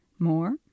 More